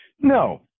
No